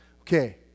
okay